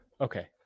Okay